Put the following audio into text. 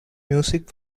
music